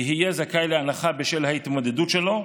יהיה זכאי להנחה בשל ההתמודדות שלו,